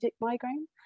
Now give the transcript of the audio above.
migraine